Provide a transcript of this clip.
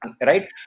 right